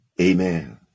Amen